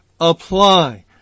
apply